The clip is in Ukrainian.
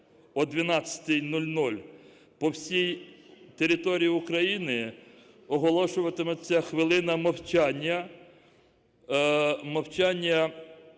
о 12:00 по всій території України оголошуватиметься хвилина мовчання,